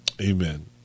amen